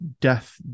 death